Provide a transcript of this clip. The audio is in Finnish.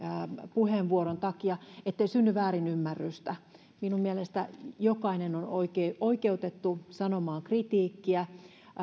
puheenvuoron takia ettei synny väärinymmärrystä minun mielestäni jokainen on oikeutettu sanomaan kritiikkiä